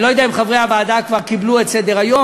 אני לא יודע אם חברי הוועדה כבר קיבלו את סדר-היום.